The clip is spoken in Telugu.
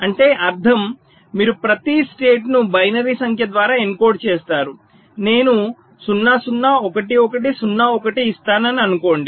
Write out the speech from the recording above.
అంటే అర్ధం మీరు ప్రతి స్టేట్ ను బైనరీ సంఖ్య ద్వారా ఎన్కోడ్ చేస్తారు నేను 0 0 1 1 0 1 ఇస్తానని అనుకోండి